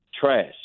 trash